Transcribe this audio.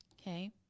Okay